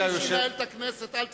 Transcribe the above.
יהיה מי שינהל את הכנסת, אל תדאג.